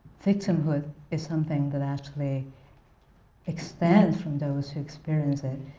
victimhood is something that actually expands from those who experience it